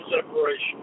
separation